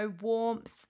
warmth